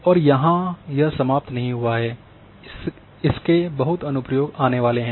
और यह यहाँ समाप्त नहीं हुआ है इसके बहुत अनुप्रयोग आने वाले हैं